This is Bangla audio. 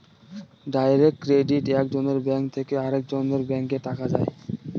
ডাইরেক্ট ক্রেডিটে এক জনের ব্যাঙ্ক থেকে আরেকজনের ব্যাঙ্কে টাকা যায়